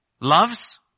loves